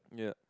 yup